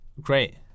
great